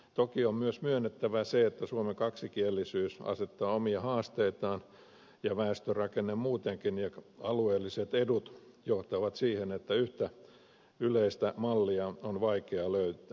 toki on myös myönnettävä se että suomen kaksikielisyys asettaa omia haasteitaan ja väestörakenne muutenkin ja alueelliset edut johtavat siihen että yhtä yleistä mallia on vaikea löytää